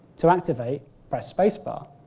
to activate press space bar.